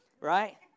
Right